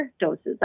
doses